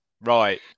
right